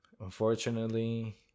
Unfortunately